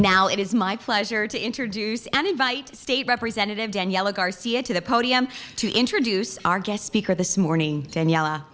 now it is my pleasure to introduce and invite state representative daniela garcia to the podium to introduce our guest speaker this morning